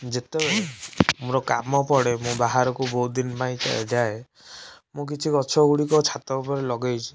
ଯେତେବେଳେ ମୋର କାମ ପଡ଼େ ମୁଁ ବାହାରକୁ ବହୁତ ଦିନ ପାଇଁ ଯାଏ ମୁଁ କିଛି ଗଛ ଗୁଡ଼ିକ ଛାତ ଉପରେ ଲଗାଇଛି